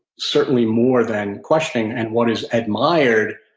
certainly more than questioning, and what is admired,